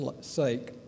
sake